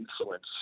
influence